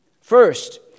First